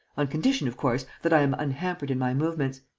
on condition, of course, that i am unhampered in my movements.